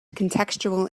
contextual